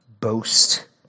boast